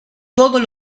todos